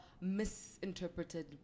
misinterpreted